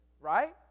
right